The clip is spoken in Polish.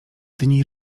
dni